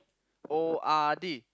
O_R_D